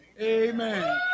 Amen